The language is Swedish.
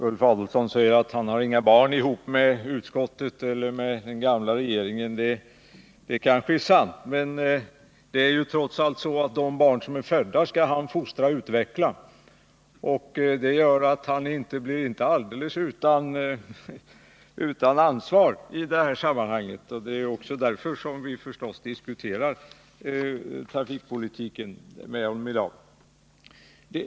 Herr talman! Ulf Adelsohn säger att han inte har några barn ihop med utskottet eller den gamla regeringen. Det kanske är sant, men trots allt är det så, att de barn som är födda skall han fostra och utveckla, och det gör att han inte blir alldeles utan ansvar i det här sammanhanget. Det är förstås också därför vi diskuterar trafikpolitiken med honom i dag.